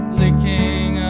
licking